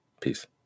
Peace